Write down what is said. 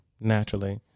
naturally